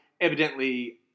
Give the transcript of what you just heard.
Evidently